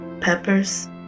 Peppers